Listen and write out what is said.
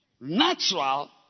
Natural